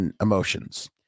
emotions